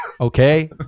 okay